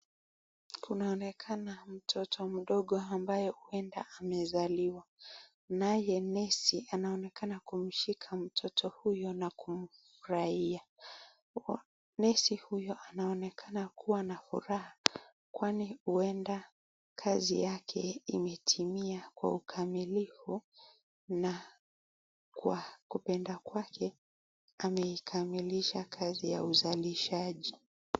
Kunaonekana mtoto mdogo ambaye huenda amezaliwa. Naye nesi anaonekana kumshika mtoto huyo na kumfurahia. Nesi huyo anaonekana kuwa na furaha kwani huenda kazi yake imetimia kwa ukamilifu na kwa kupenda kwake ameikamilisha kazi ya uzalishaji.